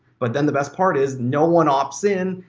but then the best part is no one opts in,